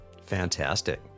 Fantastic